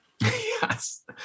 Yes